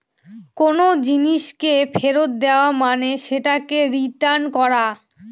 কোনো জিনিসকে ফেরত দেওয়া মানে সেটাকে রিটার্ন করা